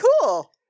cool